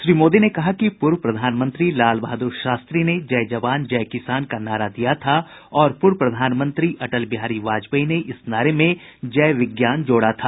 श्री मोदी ने कहा कि पूर्व प्रधानमंत्री लाल बहादुर शास्त्री ने जय जवान जय किसान का नारा दिया था और पूर्व प्रधानमंत्री अटल बिहारी वाजपेयी में इस नारे में जय विज्ञान जोड़ा था